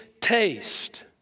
taste